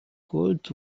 gold